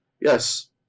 Yes